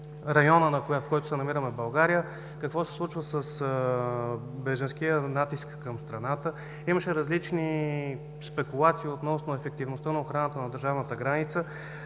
района, в който се намираме – в България, какво се случва с бежанския натиск към страната. Имаше различни спекулации относно ефективността на охраната на държавната граница.